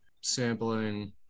sampling